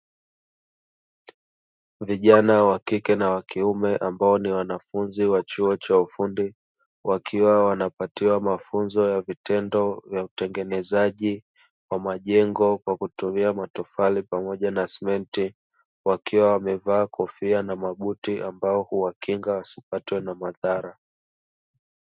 Vijana wa kike na wa kiume, ambao ni wanafunzi wa chuo cha ufundi, wakiwa wanapatiwa mafunzo ya vitendo ya utengenezaji wa majengo kwa kutumia matofali pamoja na simenti, wakiwa wamevaa kofia na mabuti ambayo huwakinga wasipatwe na madhara.